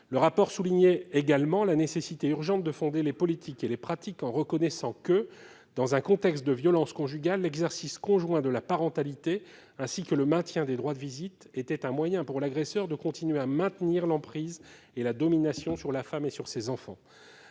du rapport soulignaient également la nécessité urgente de fonder les politiques et les pratiques, en reconnaissant que, dans un contexte de violences conjugales, l'exercice conjoint de la parentalité, ainsi que le maintien des droits de visite, était un moyen pour l'agresseur de continuer à maintenir l'emprise et la domination sur la femme et sur ses enfants.